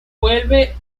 vuelve